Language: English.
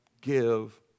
give